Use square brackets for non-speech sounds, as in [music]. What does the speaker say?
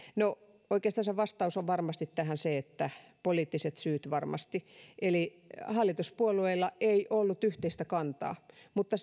no oikeastaan vastaus tähän varmasti ovat poliittiset syyt eli hallituspuolueilla ei ollut yhteistä kantaa mutta [unintelligible]